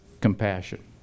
compassion